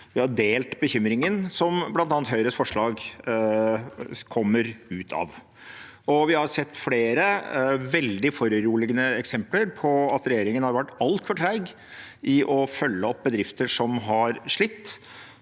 Vi har delt bekymringen i bl.a. Høyres forslag. Vi har sett flere veldig foruroligende eksempler på at regjeringen har vært altfor treg i å følge opp bedrifter som har slitt.